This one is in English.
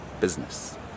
business